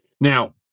Now